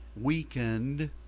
weakened